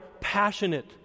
passionate